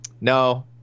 no